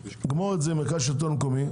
גמור את זה עם מרכז שלטון מקומי,